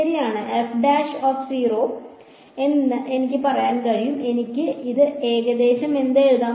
ശരിയാണ് എനിക്ക് പറയാൻ കഴിയും എനിക്ക് ഇത് ഏകദേശം എന്ത് എഴുതാം